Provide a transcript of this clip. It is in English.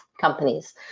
companies